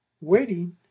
waiting